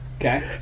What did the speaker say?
Okay